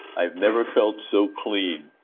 i've never felt so clean,